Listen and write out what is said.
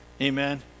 Amen